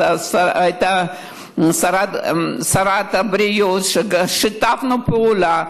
אקס-שרה, שהייתה שרת הבריאות, ושיתפנו פעולה.